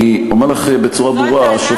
אני אומר לך בצורה ברורה, זו הטענה?